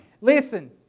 Listen